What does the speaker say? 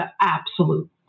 absolute